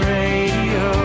radio